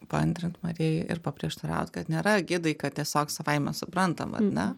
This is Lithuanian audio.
paantrint marijai ir paprieštaraut kad nėra gidai kad tiesiog savaime suprantama ar ne